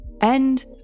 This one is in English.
End